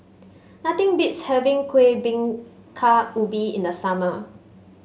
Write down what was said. nothing beats having Kuih Bingka Ubi in the summer